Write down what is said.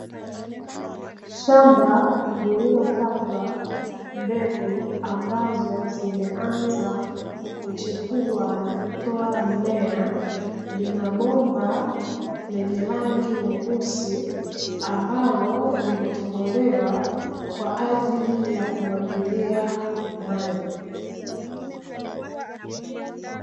Shamba lililopandwa mbegu ambazo zimeanza kuchipua, na kutoa mmea lina bomba lenye rangi Nyeusi ambalo limetobolewa kwaajili ya kumwagilia maji.